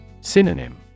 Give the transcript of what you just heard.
Synonym